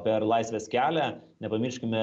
per laisvės kelią nepamirškime